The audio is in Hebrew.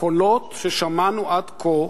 הקולות ששמענו עד כה,